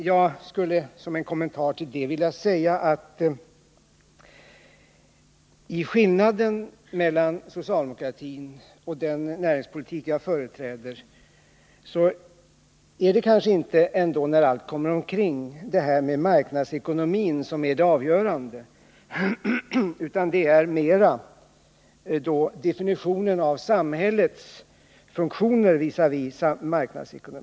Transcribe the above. Jag skulle som en kommentar till det vilja säga att den avgörande skillnaden mellan den socialdemokratiska näringspolitiken och den som jag företräder kanske ändå inte, när allt kommer omkring, är marknadsekonomin utan mera definitio nen av samhällets funktioner visavi denna.